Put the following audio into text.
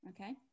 Okay